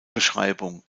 beschreibung